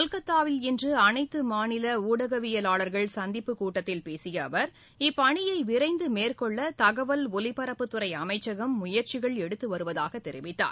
கொல்கத்தாவில் இன்று அனைத்து மாநில ஊடகவியலாளர்கள் சந்திப்புக் கூட்டத்தில் பேசிய அவர் இப்பணியை விரைந்து மேற்கொள்ள தகவல் ஒலிபரப்புத் துறை அமைச்சகம் முயற்சிகள் எடுத்து வருவதாகத் தெரிவித்தார்